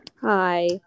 hi